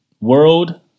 World